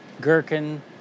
gherkin